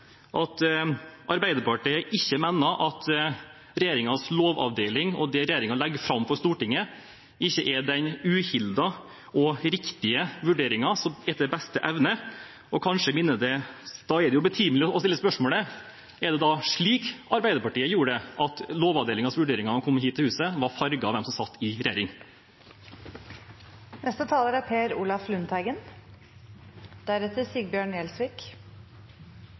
at Arbeiderpartiet ikke mener at regjeringens lovavdeling og det regjeringen legger fram for Stortinget, er den uhildede og riktige vurderingen, etter beste evne. Da er det betimelig å stille spørsmålet: Er det slik Arbeiderpartiet gjorde det, at Lovavdelingens vurderinger da de kom hit til huset, var farget av hvem som satt i